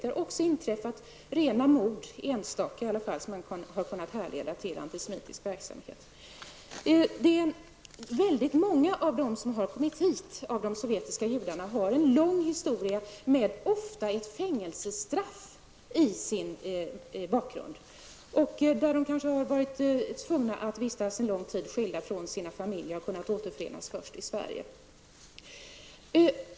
Det har också inträffat enstaka mord som har kunnat härledas till antisemitisk verksamhet. Många av de sovjetiska judar som har kommit hit har ett fängelsestraff i sin bakgrund. Många har under lång tid varit tvungna att vara åtskilda från sina familjer och kunnat återförenas först i Sverige.